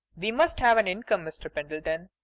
we must have an income. mr. pendleton,